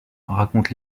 raconte